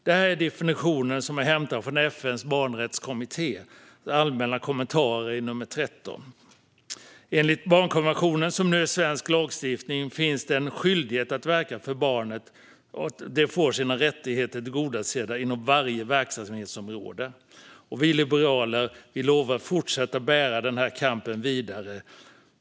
Denna definition är hämtad från FN:s barnrättskommittés allmänna kommentar nr 13. Enligt barnkonventionen, som nu blir svensk lagstiftning, finns det en skyldighet att verka för att barnet får sina rättigheter tillgodosedda inom varje verksamhetsområde. Vi liberaler lovar att fortsätta att föra denna kamp vidare.